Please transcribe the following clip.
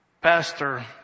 pastor